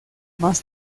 más